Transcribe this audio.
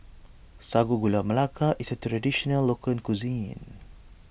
Sago Gula Melaka is a Traditional Local Cuisine